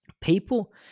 people